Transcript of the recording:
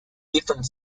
different